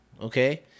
Okay